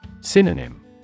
Synonym